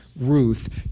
Ruth